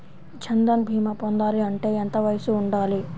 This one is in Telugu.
జన్ధన్ భీమా పొందాలి అంటే ఎంత వయసు ఉండాలి?